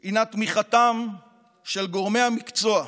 היא תמיכתם של גורמי המקצוע,